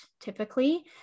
typically